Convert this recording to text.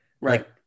Right